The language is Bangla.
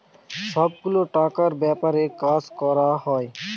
সব গুলো টাকার ব্যাপারে কাজ করা হয়